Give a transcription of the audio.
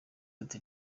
ati